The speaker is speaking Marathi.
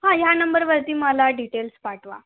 हां ह्या नंबरवरती मला डिटेल्स पाठवा